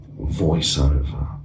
voiceover